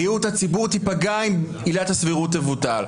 בריאות הציבור תיפגע אם עילת הסבירות תבוטל.